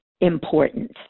important